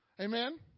Amen